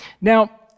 Now